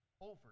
Over